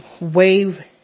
wave